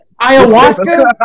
Ayahuasca